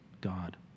God